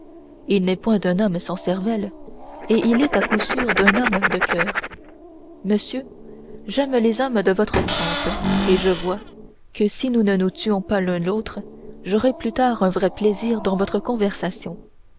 il n'est point d'un homme sans cervelle et il est à coup sûr d'un homme de coeur monsieur j'aime les hommes de votre trempe et je vois que si nous ne nous tuons pas l'un l'autre j'aurai plus tard un vrai plaisir dans votre conversation